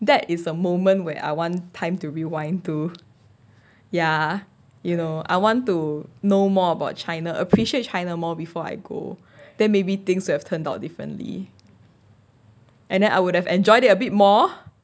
that is a moment where I one time to rewind to ya you know I want to know more about china appreciate china more before I go then maybe things you have turned out differently and then I would have enjoyed it a bit more